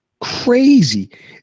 crazy